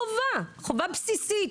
זו צריכה להיות חובה בסיסית.